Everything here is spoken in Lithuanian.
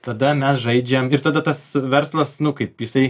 tada mes žaidžiam ir tada tas verslas nu kaip jisai